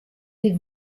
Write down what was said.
des